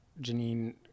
Janine